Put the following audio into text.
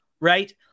Right